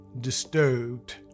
disturbed